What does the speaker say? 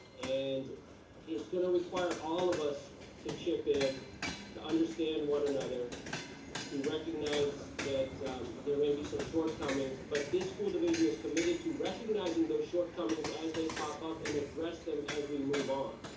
and it's gonna require all of us to chip in to understand one another to recognize that there may be some shortcomings, but this school division is committed to recognizing those shortcomings as they pop up and address them as we move on.